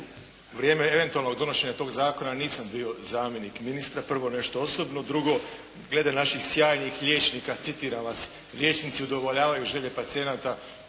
u vrijeme eventualnog donošenja tog zakona nisam bio zamjenik ministra, prvo nešto osobno, drugo glede naših sjajnih liječnika citiram vas: “liječnici udovoljavaju želje pacijenatat.“